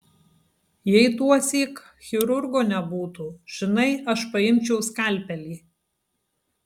jei tuosyk chirurgo nebūtų žinai aš paimčiau skalpelį